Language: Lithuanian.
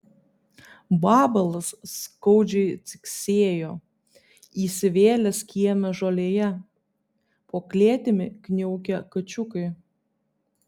vabalas skaudžiai ciksėjo įsivėlęs kieme žolėje po klėtimi kniaukė kačiukai